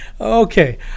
Okay